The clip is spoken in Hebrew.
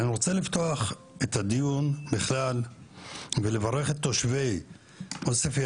אני רוצה לפתוח את הדיון ולברך את תושבי עוספיה